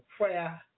prayer